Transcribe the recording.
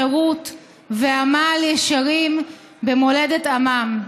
חירות ועמל ישרים במולדת עמם.